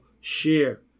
share